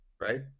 right